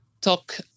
talk